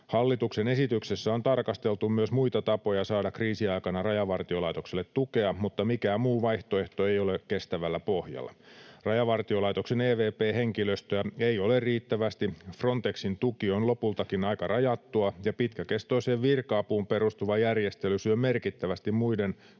Hallituksen esityksessä on tarkasteltu myös muita tapoja saada kriisin aikana Rajavartiolaitokselle tukea, mutta mikään muu vaihtoehto ei ole kestävällä pohjalla. Rajavartiolaitoksen evp-henkilöstöä ei ole riittävästi, Frontexin tuki on lopultakin aika rajattua, ja pitkäkestoiseen virka-apuun perustuva järjestely syö merkittävästi muiden